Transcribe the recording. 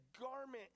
garment